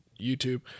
YouTube